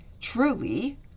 truly